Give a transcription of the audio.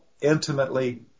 intimately